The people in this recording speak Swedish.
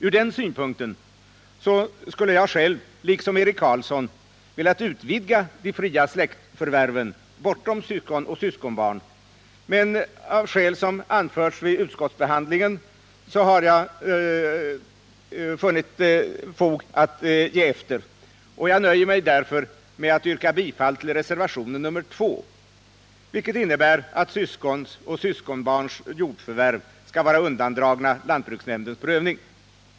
Ur den synpunkten skulle jag själv liksom Eric Carlsson ha velat utvidga de fria släktförvärven bortom syskon och syskonbarn, men skäl som anförts vid utskottsbehandlingen har gjort att jag funnit fog för att ge efter på den punkten, och jag nöjer mig därför med att yrka bifall till reservationen 2, där det yrkas att syskons och syskonbarns jordförvärv skall vara undandragna lantbruksnämndens prövning.